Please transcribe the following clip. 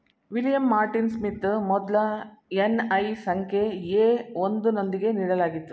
William Martin Smith ಮೊದ್ಲ NI ಸಂಖ್ಯೆ A ಒಂದು ನೊಂದಿಗೆ ನೀಡಲಾಗಿತ್ತು